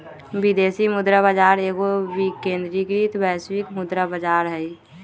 विदेशी मुद्रा बाजार एगो विकेंद्रीकृत वैश्विक मुद्रा बजार हइ